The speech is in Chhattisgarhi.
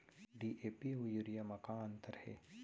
डी.ए.पी अऊ यूरिया म का अंतर हे?